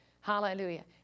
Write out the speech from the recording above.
Hallelujah